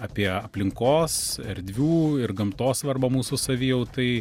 apie aplinkos erdvių ir gamtos svarbą mūsų savijautai